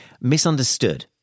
misunderstood